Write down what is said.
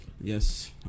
Yes